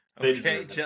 okay